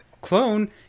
clone